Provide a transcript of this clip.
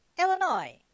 Illinois